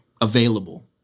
available